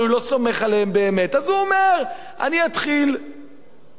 אז הוא אומר, אני אתחיל לדלות לי חברי כנסת,